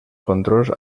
controls